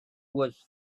was